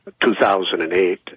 2008